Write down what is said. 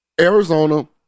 Arizona